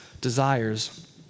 desires